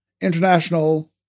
international